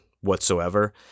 whatsoever